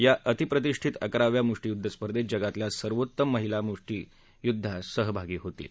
या अतिप्रतिष्ठीत अकराव्या मुष्टीयुद्व स्पर्धेत जगातल्या सर्वोत्तम महिला मुष्टीपटू सहभागी होतील